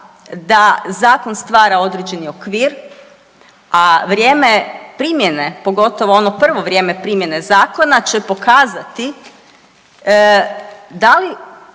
da zakon stvara određeni okvir, a vrijeme primjene, pogotovo ono prvo vrijeme primjene zakona će pokazati da li